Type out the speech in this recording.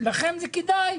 לכם זה כדאי.